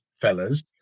fellas